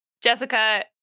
Jessica